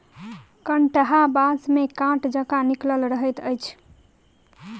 कंटहा बाँस मे काँट जकाँ निकलल रहैत अछि